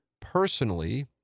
personally